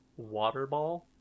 Waterball